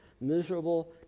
miserable